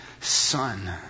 son